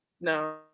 No